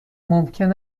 ممکن